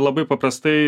labai paprastai